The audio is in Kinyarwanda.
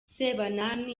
sebanani